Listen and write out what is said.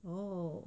oh